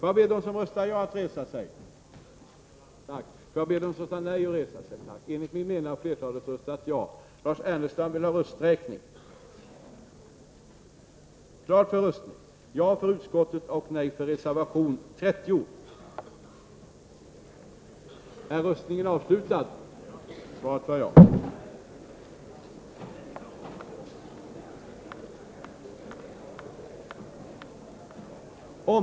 Utbildningsutskottets betänkanden 15, 16 och 17 kommer att behandlas i tur och ordning. Voteringarna äger rum i ett sammanhang efter avslutad debatt.